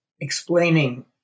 explaining